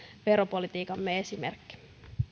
veropolitiikkamme esimerkki